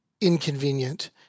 inconvenient